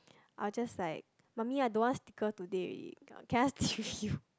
I will just like mummy I don't want sticker today already can I sleep with you